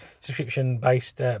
subscription-based